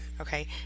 Okay